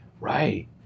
Right